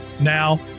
Now